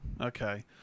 Okay